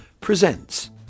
presents